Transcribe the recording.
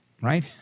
right